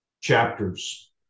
chapters